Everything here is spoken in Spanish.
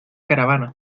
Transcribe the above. caravana